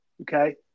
okay